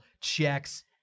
checks